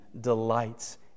delights